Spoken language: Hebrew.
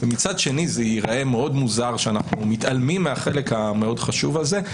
ומצד שני זה ייראה מאוד מוזר שאנחנו מתעלמים מהחלק המאוד חשוב הזה.